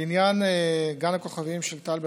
לעניין גן הכוכבים של טל בחיפה,